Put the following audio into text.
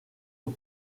aux